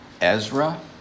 Ezra